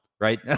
right